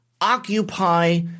occupy